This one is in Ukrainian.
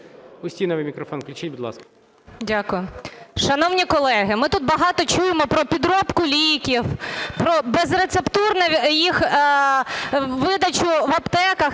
Устіновій мікрофон включіть, будь ласка. 14:36:19 УСТІНОВА О.Ю. Дякую. Шановні колеги, ми тут багато чуємо про підробку ліків, про безрецептурну їх видачу в аптеках.